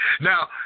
Now